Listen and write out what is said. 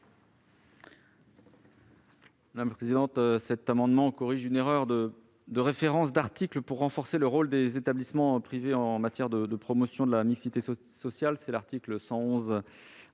de la culture ? Cet amendement corrige une erreur de référence d'article pour renforcer le rôle des établissements privés en matière de promotion de la mixité sociale. C'est l'article L.